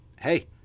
hey